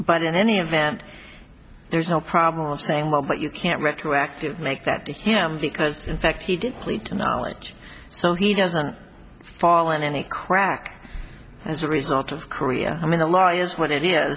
but in any event there's no problem saying well but you can't retroactive make that to him because the fact he didn't plea to knowledge so he doesn't fall into any crack as a result of korea i mean the law is what it is